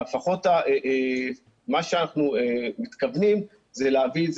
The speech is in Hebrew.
אבל לפחות מה שאנחנו מתכוונים זה להביא את